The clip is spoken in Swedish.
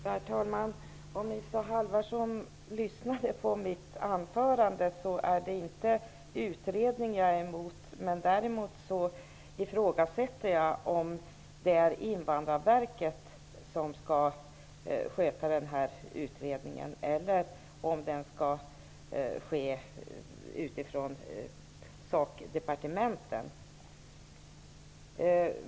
Herr talman! Om Isa Halvarsson lyssnade på mitt anförande hade hon funnit att det inte är utredningen som jag är emot. Däremot ifrågasätter jag att utredningen skall skötas av Invandrarverket eller sakdepartementen.